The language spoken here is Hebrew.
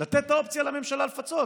לתת את האופציה לממשלה לפצות,